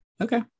Okay